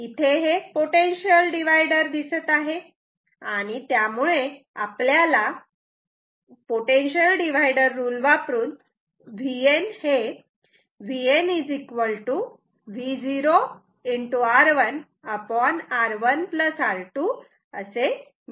इथे हे potential divider आहे आणि त्यामुळे आपल्याला VN V0R1R2 x R1 असे मिळते